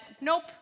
nope